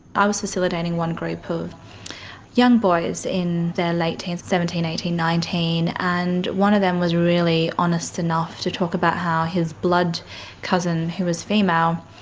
i was facilitating one group of young boys in their late teens, seventeen, eighteen, nineteen, and one of them was really honest enough to talk about how his blood cousin, who was female,